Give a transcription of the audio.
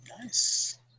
Nice